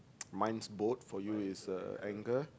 mine's boat for you is uh anchor